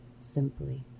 simply